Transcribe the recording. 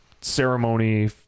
ceremony